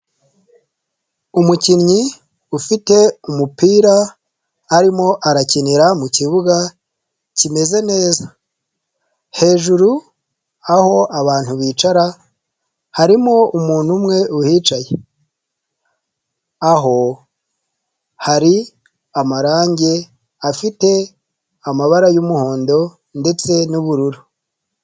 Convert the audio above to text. Umukinnyi ufite umupira arimo arakinira mu kibuga kimeze neza, hejuru aho abantu bicara harimo umuntu umwe uhicaye, aho hari amarangi afite amabara y'umuhondo ndetse n'ubururu.